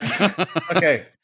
Okay